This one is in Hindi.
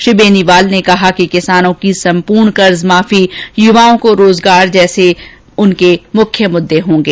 श्री बेनीवाल ने कहा कि किसानों की संपूर्ण कर्जमाफी युवाओं को रोजगार उनके मुख्य मुद्दे होंगे